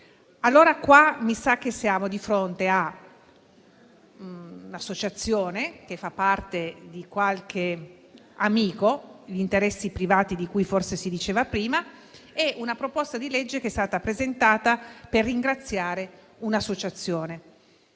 che in questo caso siamo di fronte a un'associazione di cui fa parte qualche amico - forse gli interessi privati di cui si diceva prima - e a una proposta di legge che è stata presentata per ringraziare un'associazione.